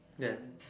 then